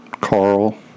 Carl